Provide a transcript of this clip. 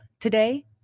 today